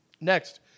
Next